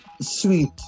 sweet